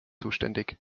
zuständig